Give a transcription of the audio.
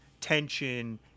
tension